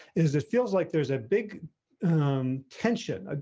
is it feels like there's a big um tension ah